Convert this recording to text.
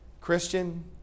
Christian